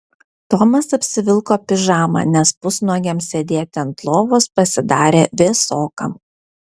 tomas apsivilko pižamą nes pusnuogiam sėdėti ant lovos pasidarė vėsoka